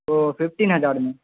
تو ففٹین ہزار میں